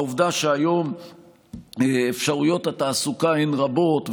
העובדה שהיום אפשרויות התעסוקה הן רבות,